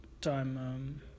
time